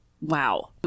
wow